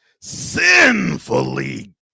sinfully